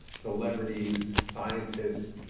celebrities, scientists,